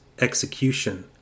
execution